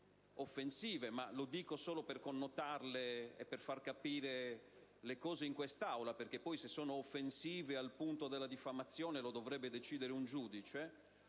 - lo dico solo per connotarle e per fare capire di che parliamo in quest'Aula perché poi se sono offensive al punto della diffamazione dovrebbe deciderlo un giudice